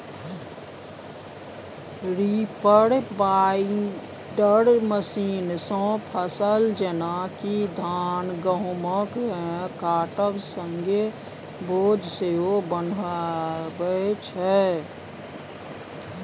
reaper binder मशीनसँ फसल जेना कि धान गहुँमकेँ काटब संगे बोझ सेहो बन्हाबै छै